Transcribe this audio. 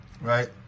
Right